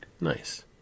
Nice